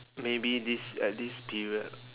maybe this at this period